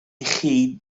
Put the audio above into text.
chi